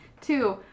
Two